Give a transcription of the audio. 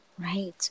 Right